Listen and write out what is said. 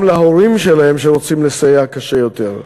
גם להורים שלהם שרוצים לסייע קשה יותר,